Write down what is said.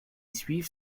suivent